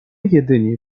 jedni